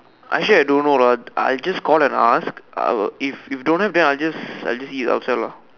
actually I don't know lah I just call and ask uh if if don't have then I'll just I'll just eat outside lah